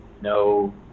No